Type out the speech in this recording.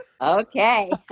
Okay